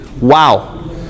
wow